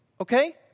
okay